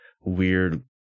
weird